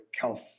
health